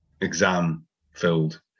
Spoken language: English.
exam-filled